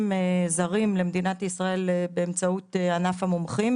זרים למדינת ישראל באמצעות ענף המומחים.